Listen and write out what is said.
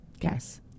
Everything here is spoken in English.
Yes